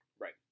Right